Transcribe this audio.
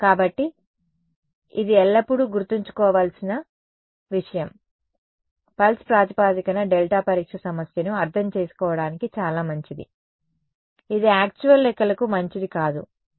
కాబట్టి ఇది ఎల్లప్పుడూ గుర్తుంచుకోవలసిన విషయం పల్స్ ప్రాతిపదికన డెల్టా పరీక్ష సమస్యను అర్థం చేసుకోవడానికి చాలా మంచిది ఇది యాక్చువల్ లెక్కలకు మంచిది కాదు మరియు ఈ 0